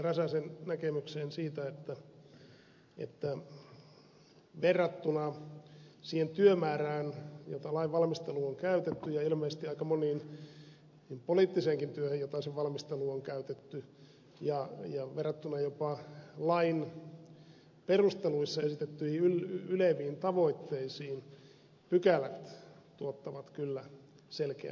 räsäsen näkemykseen siitä että verrattuna siihen työmäärään jota lainvalmisteluun on käytetty ja ilmeisesti aika moneen poliittiseenkin työhön jota sen valmisteluun on käytetty ja verrattuna jopa lain perusteluissa esitettyihin yleviin tavoitteisiin pykälät tuottavat kyllä selkeän pettymyksen